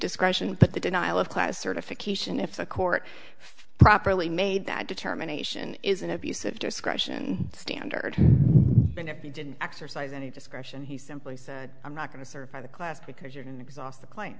discretion but the denial of class certification if the court properly made that determination is an abuse of discretion standard and if you didn't exercise any discretion he simply said i'm not going to certify the class because you can exhaust the cl